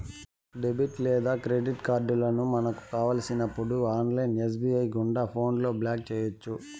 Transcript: debit లేదా credit కార్డులను మనకు కావలసినప్పుడు ఆన్లైన్ ఎస్.బి.ఐ గుండా ఫోన్లో బ్లాక్ చేయొచ్చు